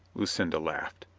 lucinda laughed.